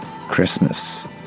Christmas